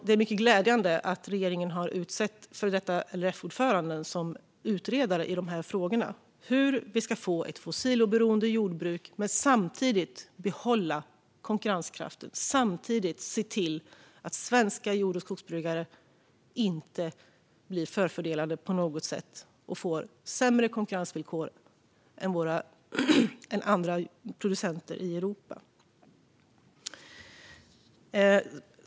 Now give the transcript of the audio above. Det är mycket glädjande att regeringen har utsett en före detta LRF-ordförande som utredare av hur vi ska få ett fossiloberoende jordbruk samtidigt som vi behåller konkurrenskraften och ser till att svenska jord och skogsbrukare inte på något sätt blir förfördelade och får sämre konkurrensvillkor än andra producenter i Europa.